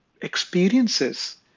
experiences